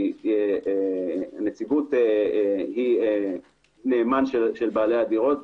כי נציגות היא נאמן של בעלי הדירות,